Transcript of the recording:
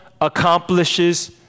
accomplishes